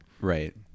right